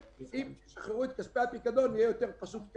ואם ישחררו את כספי הפיקדון יהיה יותר פשוט.